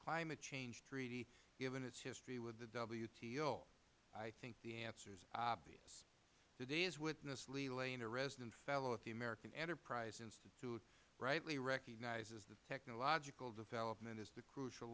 climate change treaty given its history with the wto i think the answer is obvious today's witness lee lane a resident fellow at the american enterprise institute rightly recognizes that technological development is the crucial